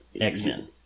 X-Men